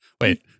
Wait